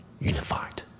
unified